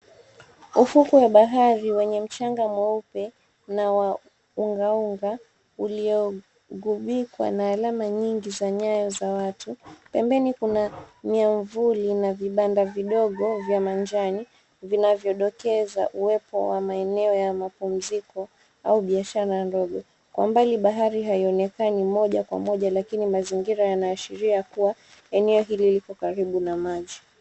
Ufukwe wa bahari wenye mchanga mweupe na wa unga unga, uliogubikwa na alama nyingi za nyayo za watu. Pembeni kuna miavuli na vibanda vidogo vya manjani vinavyodokeza uwepo wa maeneo ya mapumziko au biashara ndogo. Kwa umbali bahari haionekani moja kwa moja, lakini mazingira yanaashiria kuwa, eneo hili liko karibu na maji.